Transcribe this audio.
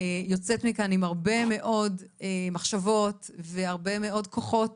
יוצאת מכאן עם הרבה מאוד מחשבות והרבה מאוד כוחות